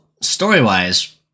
story-wise